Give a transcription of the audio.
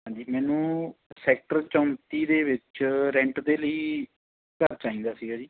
ਹਾਂਜੀ ਮੈਨੂੰ ਸੈਕਟਰ ਚੋਂਤੀ ਦੇ ਵਿੱਚ ਰੈਂਟ ਦੇ ਲਈ ਘਰ ਚਾਹੀਦਾ ਸੀਗਾ ਜੀ